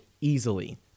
easily